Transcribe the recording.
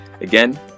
Again